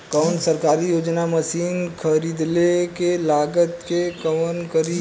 कौन सरकारी योजना मशीन खरीदले के लागत के कवर करीं?